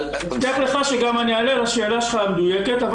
אני אענה לשאלה שלך המדויקת,